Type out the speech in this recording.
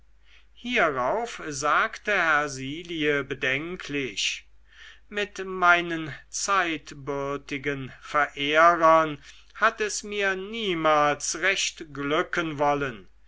hierauf sagte hersilie bedenklich mit meinen zeitbürtigen verehrern hat es mir niemals recht glücken wollen